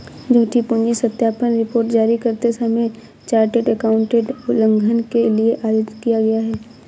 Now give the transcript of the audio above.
झूठी पूंजी सत्यापन रिपोर्ट जारी करते समय चार्टर्ड एकाउंटेंट उल्लंघन के लिए आयोजित किया गया